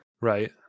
right